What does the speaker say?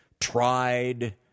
tried